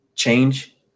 Change